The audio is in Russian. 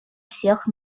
всех